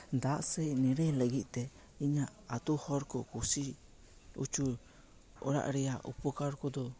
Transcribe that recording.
ᱫᱟᱜ ᱥᱮᱡ ᱱᱤᱨᱟᱹᱭ ᱞᱟᱹᱜᱤᱫ ᱛᱮ ᱤᱧᱟᱜ ᱟᱛᱳ ᱦᱚᱲ ᱠᱚ ᱠᱩᱥᱤ ᱚᱪᱚ ᱚᱲᱟᱜ ᱨᱮᱭᱟᱜ ᱩᱯᱚᱠᱟᱨ ᱠᱚᱫᱚ